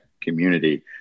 community